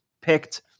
picked –